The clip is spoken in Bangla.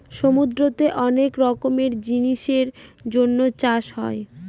সমুদ্রতে অনেক রকমের জিনিসের জন্য চাষ হয়